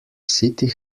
city